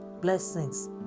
blessings